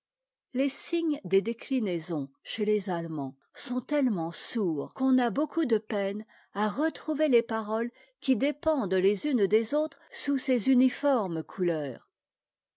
les signes des déclinaisons chez les allemands sont tellement sourds qu'on a beaucoup de peine à retrouver les paroles qui dépendent les unes des autres sous ces uniformes couleurs